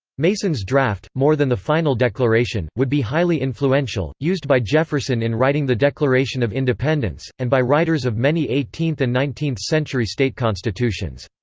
mason's draft, more than the final declaration, would be highly influential, used by jefferson in writing the declaration of independence, and by writers of many eighteenth and nineteenth century state constitutions.